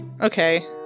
Okay